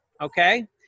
Okay